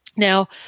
Now